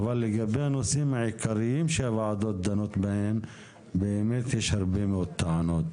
אבל לגבי הנושאים העיקריים שהוועדות דנות בהם באמת יש הרבה מאוד טענות.